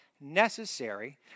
necessary